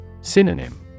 Synonym